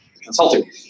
consulting